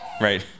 right